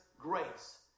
grace